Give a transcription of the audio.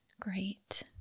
Great